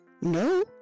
No